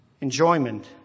enjoyment